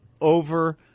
over